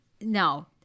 no